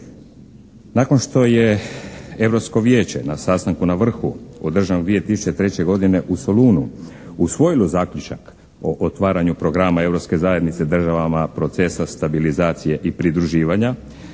Nakon što je Europsko vijeće na sastanku na vrhu održano 2003. godine u Solunu usvojilo zaključak o otvaranju programa Europske zajednice državama procesa stabilizacije i pridruživanja